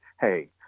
hey